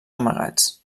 amagats